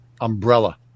Umbrella